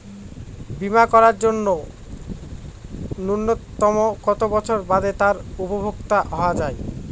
বীমা করার জন্য ন্যুনতম কত বছর বাদে তার উপভোক্তা হওয়া য়ায়?